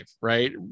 right